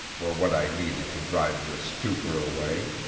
were what i needed to drive this stupor away.